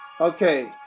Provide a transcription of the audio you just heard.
Okay